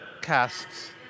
casts